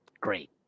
great